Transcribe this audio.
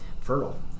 fertile